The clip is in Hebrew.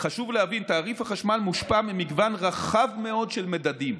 חשוב להבין: תעריף החשמל מושפע ממגוון רחב מאוד של מדדים,